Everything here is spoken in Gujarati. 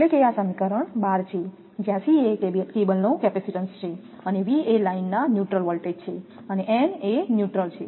તેથી આ સમીકરણ 12 છે જ્યાં C એ કેબલની કેપેસિટીન્સ છે અને V એ લાઇનના ન્યુટ્રલ વોલ્ટેજ છે N એ ન્યુટ્રલ છે